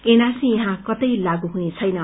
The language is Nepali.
एनआरसी यहाँ कतै लागू हुनेछैन